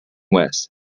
west